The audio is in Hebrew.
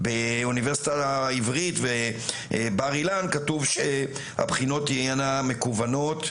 באוניברסיטה העברית ובר אילן כתוב שהבחינות תהיינה מקוונות.